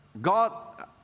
God